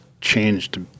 changed